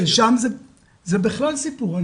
ששם זה בכלל סיפור.